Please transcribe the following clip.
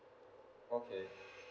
okay